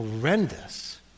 Horrendous